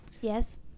Yes